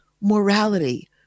morality